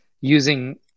using